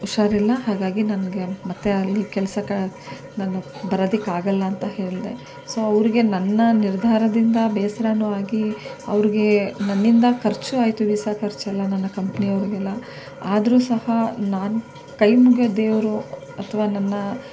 ಹುಷಾರಿಲ್ಲ ಹಾಗಾಗಿ ನನಗೆ ಮತ್ತು ಅಲ್ಲಿ ಕೆಲ್ಸಕ್ಕೆ ನಾನು ಬರೋದಕ್ಕಾಗೋಲ್ಲ ಅಂತ ಹೇಳಿದೆ ಸೊ ಅವರಿಗೆ ನನ್ನ ನಿರ್ಧಾರದಿಂದ ಬೇಸರವೂ ಆಗಿ ಅವ್ರಿಗೆ ನನ್ನಿಂದ ಖರ್ಚೂ ಆಯಿತು ವೀಸಾ ಖರ್ಚೆಲ್ಲ ನನ್ನ ಕಂಪ್ನಿಯವ್ರಿಗೆಲ್ಲ ಆದರೂ ಸಹ ನಾನು ಕೈ ಮುಗಿಯೋ ದೇವರು ಅಥವಾ ನಮ್ಮ